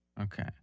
Okay